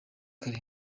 kari